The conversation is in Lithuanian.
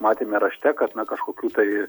matėme rašte kad kažkokių tai